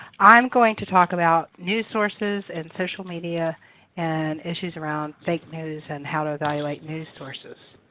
i'm going to talk about news sources and social media and issues around fake news and how to evaluate news sources.